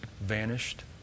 vanished